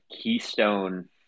keystone